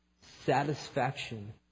satisfaction